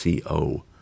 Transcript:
Co